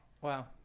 Wow